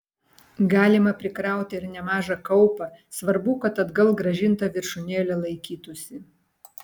galima prikrauti ir nemažą kaupą svarbu kad atgal grąžinta viršūnėlė laikytųsi